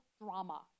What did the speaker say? drama